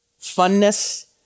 funness